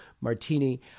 Martini